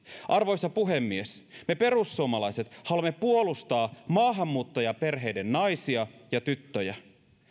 arvoisa puhemies me perussuomalaiset haluamme puolustaa maahanmuuttajaperheiden naisia ja tyttöjä